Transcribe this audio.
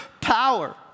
power